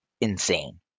insane